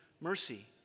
mercy